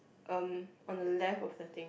erm on the left of the thing